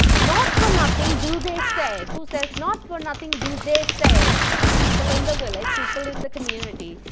not for nothing do they say, who says, not for nothing do they say, like people in the village, people in the community.